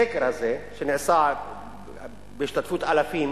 הסקר הזה, שנעשה בהשתתפות אלפים,